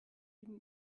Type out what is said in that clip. ihm